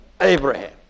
Abraham